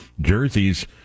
Jersey's